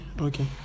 okay